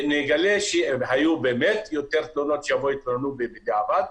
נגלה שהיו באמת יותר תלונות שיבואו והתלוננו בדיעבד,